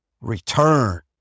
return